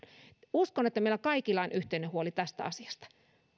uskon että meillä kaikilla on yhteinen huoli tästä asiasta